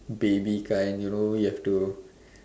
baby kind you know you have to